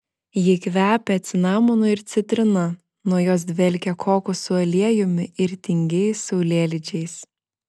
ji kvepia cinamonu ir citrina nuo jos dvelkia kokosų aliejumi ir tingiais saulėlydžiais